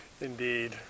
Indeed